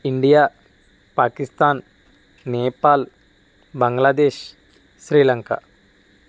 India Pakistan Nepal Bangladesh Sri Lanka